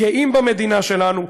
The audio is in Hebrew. גאים במדינה שלנו.